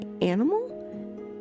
animal